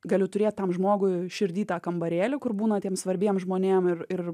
galiu turėt tam žmogui širdy tą kambarėlį kur būna tiem svarbiem žmonėm ir ir